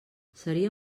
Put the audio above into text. seria